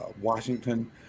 Washington